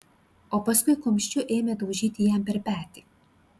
o paskui kumščiu ėmė daužyti jam per petį